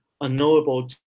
unknowable